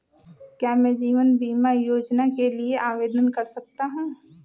क्या मैं जीवन बीमा योजना के लिए आवेदन कर सकता हूँ?